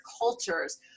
cultures